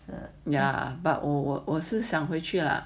yeah but 我我是想回去 lah